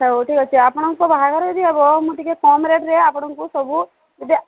ହଁ ହଉ ଠିକ୍ ଅଛି ଆପଣଙ୍କ ବାହାଘରେ ଯଦି ହେବ ମୁଁ ଟିକେ କମ୍ ରେଟ୍ରେ ଆପଣଙ୍କୁ ସବୁ ଯଦି